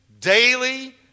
daily